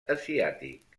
asiàtic